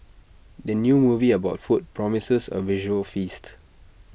the new movie about food promises A visual feast